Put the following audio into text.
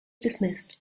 dismissed